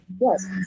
Yes